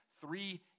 three